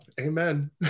Amen